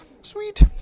sweet